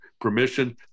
permission